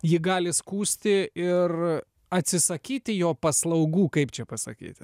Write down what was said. jį gali skųsti ir atsisakyti jo paslaugų kaip čia pasakyti